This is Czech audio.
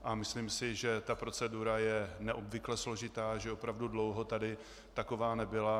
A myslím si, že ta procedura je neobvykle složitá, že opravdu dlouho tady taková nebyla.